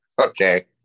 Okay